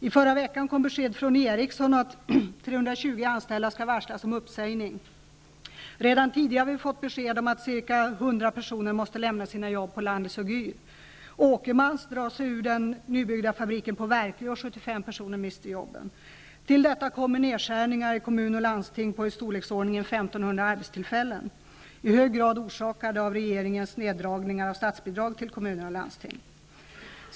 I förra veckan kom besked från Ericsson att 320 anställda skall varslas om uppsägning. Redan tidigare har vi fått besked om att ca 100 Verkö och 75 personer mister jobben. Till detta kommer nedskärningar i kommun och landsting i storleksordningen 1 500 arbetstillfällen, i hög grad orsakade av regeringens neddragningar av statsbidrag till kommuner och landsting.